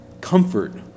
comfort